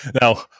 Now